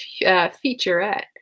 featurette